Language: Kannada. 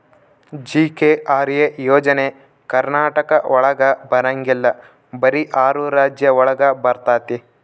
ಜಿ.ಕೆ.ಆರ್.ಎ ಯೋಜನೆ ಕರ್ನಾಟಕ ಒಳಗ ಬರಂಗಿಲ್ಲ ಬರೀ ಆರು ರಾಜ್ಯ ಒಳಗ ಬರ್ತಾತಿ